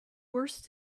worse